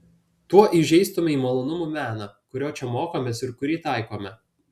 tuo įžeistumei malonumų meną kurio čia mokomės ir kurį taikome